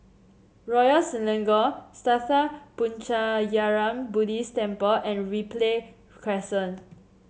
Royal Selangor Sattha Puchaniyaram Buddhist Temple and Ripley Crescent